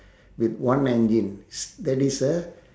with one engine that is a